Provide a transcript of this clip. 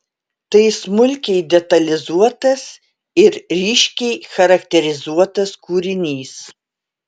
tai smulkiai detalizuotas ir ryškiai charakterizuotas kūrinys